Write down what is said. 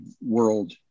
world